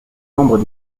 nombre